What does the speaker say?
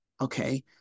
Okay